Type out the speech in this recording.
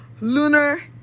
lunar